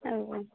औ औ